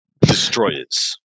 destroyers